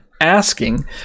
asking